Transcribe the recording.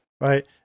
Right